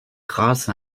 grâce